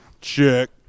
Check